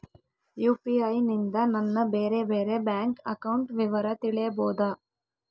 UPI ನಿಂದ ನನ್ನ ಬೇರೆ ಬೇರೆ ಬ್ಯಾಂಕ್ ಅಕೌಂಟ್ ವಿವರ ತಿಳೇಬೋದ?